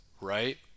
right